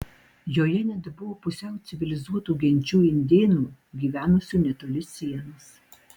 joje net buvo pusiau civilizuotų genčių indėnų gyvenusių netoli sienos